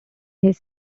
his